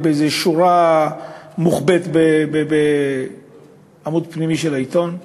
באיזו שורה מוחבאת בעמוד פנימי של העיתון.